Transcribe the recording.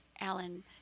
Alan